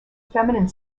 feminine